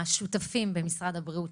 השותפים במשרד הבריאות,